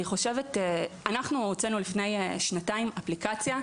אנחנו הוצאנו לפני כשנתיים אפליקציה.